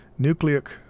Nucleic